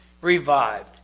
revived